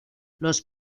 los